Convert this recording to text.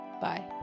bye